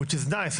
שזה יפה,